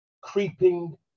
creeping